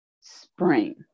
spring